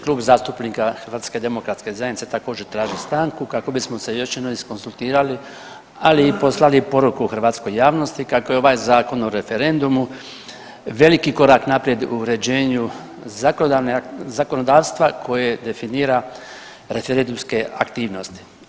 Klub zastupnika HDZ-a također traži stanku kako bismo se još jednom izkonzultirali, ali i poslali poruku hrvatskoj javnosti kako je ovaj Zakon o referendumu veliki korak naprijed u uređenju zakonodavstva koje definira referendumske aktivnosti.